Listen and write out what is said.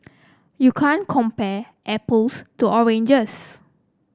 you can't compare apples to oranges